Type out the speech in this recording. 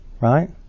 right